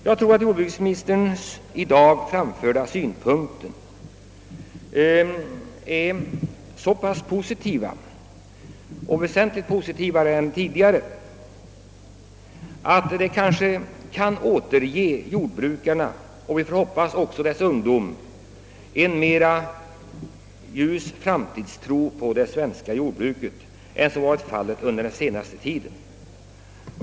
Jag tror att jordbruksministerns i dag framförda synpunkter är så pass positiva — i jämförelse med tidigare uttalanden — att de kanske kan återge jordbrukarna och, får vi hoppas, även jordbrukarungdomen en ljusare tro på det svenska jordbruket än som varit rådande under den senaste tiden.